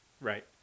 Right